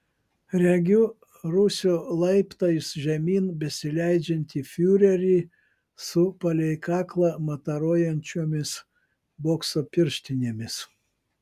regiu rūsio laiptais žemyn besileidžiantį fiurerį su palei kaklą mataruojančiomis bokso pirštinėmis